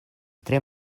tre